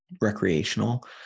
recreational